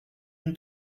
une